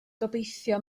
gobeithio